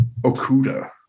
Okuda